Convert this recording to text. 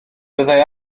byddai